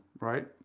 right